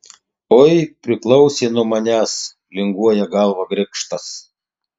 oi priklausė nuo manęs linguoja galvą grikštas